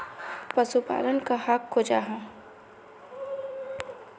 पशुपालन कहाक को जाहा?